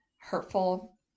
hurtful